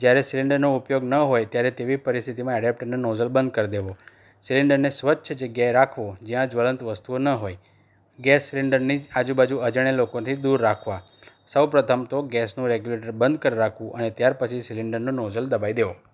જ્યારે સિલિન્ડરનો ઉપયોગ ન હોય ત્યારે તેવી પરિસ્થિતિમાં એડપ્ટરનો નોઝલ બંધ કરી દેવો સિલિન્ડરને સ્વચ્છ જગ્યાએ રાખવો જ્યાં જવલંત વસ્તુઓ ન હોય ગેસ સિલિન્ડરની જ આજુબાજુ અજાણ્યા લોકોથી દૂર રાખવા સૌપ્રથમ તો ગેસનું રેગ્યુલેટર બંધ કરી રાખવું અને ત્યાર પછી સિલિન્ડરનું નોઝલ દબાવી દેવો